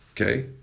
Okay